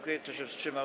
Kto się wstrzymał?